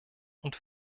und